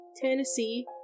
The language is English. Tennessee